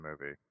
movie